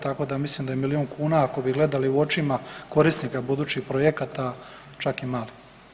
Tako da mislim da je milion kuna, ako bi gledali u očima korisnika budućih projekata čak i malo.